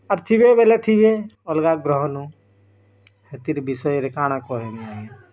ଆର୍ ଥିବେ ବେଲେ ଥିବେ ଅଲଗା ଗ୍ରହନୁ ହେତିର୍ ବିଷୟରେ କାଁଣା କହିମି